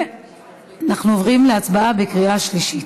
ואנחנו עוברים להצבעה בקריאה שלישית.